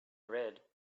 red